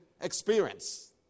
experience